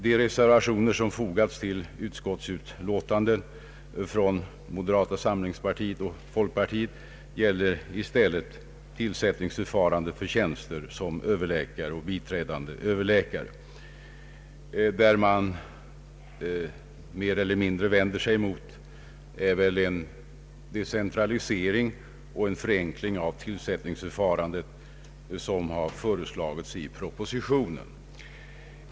De reservationer som fogats till utskottsutlåtandet från moderata samlingspartiet och folkpartiet gäller i stället tillsättningsförfarandet för tjänster som överläkare och biträdande överläkare. Det man där mer eller mindre vänder sig emot är den decentralisering och förenkling av tillsättningsförfarandet som har föreslagits i propositionen.